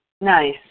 Nice